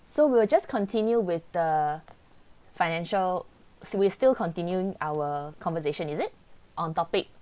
so we will just continue with the financial so we still continuing our conversation is it on topic